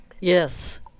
Yes